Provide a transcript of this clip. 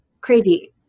crazy